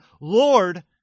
Lord